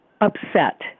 upset